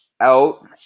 out